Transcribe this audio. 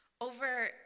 Over